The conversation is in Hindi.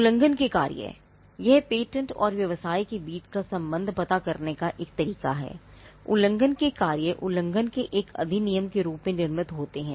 उल्लंघन के कार्य यह पेटेंट और व्यवसाय के बीच का संबंध पता करने का एक तरीका है उल्लंघन के कार्य उल्लंघन के एक अधिनियम के रूप में निर्मित होते हैं